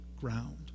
ground